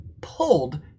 pulled